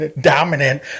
dominant